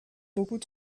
beaucoup